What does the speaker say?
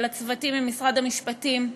ולצוותים ממשרד המשפטים,